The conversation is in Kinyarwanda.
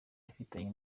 afitanye